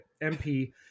MP